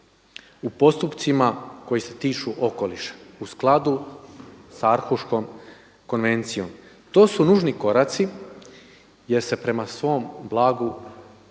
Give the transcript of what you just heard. u postupcima koji se tiču okoliša u skladu sa Arhuškom konvencijom. To su nužni koraci, jer se prema svom blagu